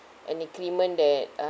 an increment that uh